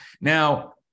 Now